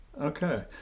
Okay